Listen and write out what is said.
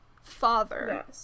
Father